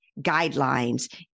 guidelines